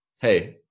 hey